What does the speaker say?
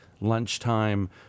lunchtime